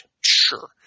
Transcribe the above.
sure